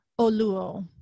Oluo